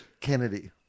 Kennedy